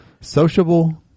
sociable